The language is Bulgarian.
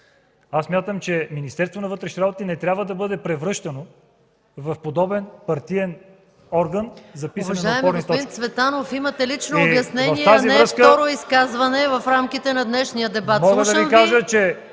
аз смятам, че Министерството на вътрешните работи не трябва да бъде превръщано в подобен партиен орган за писане на опорни точки.